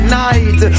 night